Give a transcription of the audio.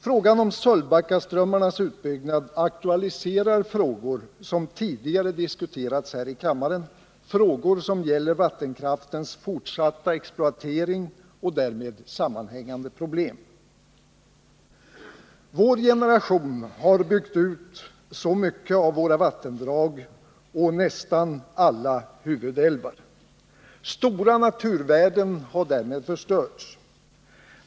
Frågan om Sölvbackaströmmarnas utbyggnad aktualiserar frågor som tidigare diskuterats här i kammaren, frågor som gäller vattenkraftens fortsatta exploatering och därmed sammanhängande problem. Vår generation har byggt ut mycket av våra vattendrag och nästan alla huvudälvar. Stora naturvärden har därmed förstörts.